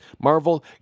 Marvel